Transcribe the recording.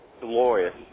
Glorious